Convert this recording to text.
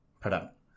product